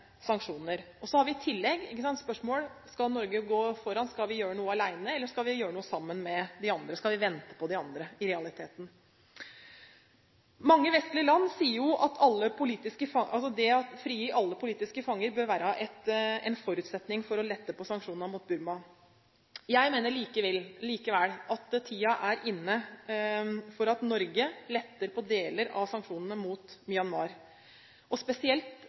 sanksjoner. Så har vi i tillegg spørsmålet om Norge skal gå foran, om vi skal gjøre noe alene eller om vi skal gjøre noe sammen med de andre. Skal vi i realiteten vente på de andre? Mange vestlige land sier jo at det å frigi alle politiske fanger bør være en forutsetning for å lette på sanksjonene mot Burma. Jeg mener likevel at tiden er inne for at Norge letter på deler av sanksjonene mot Myanmar. Spesielt